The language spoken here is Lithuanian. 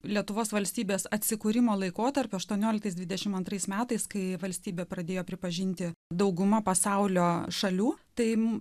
lietuvos valstybės atsikūrimo laikotarpiu aštuonioliktais dvidešim antrais metais kai valstybė pradėjo pripažinti dauguma pasaulio šalių tai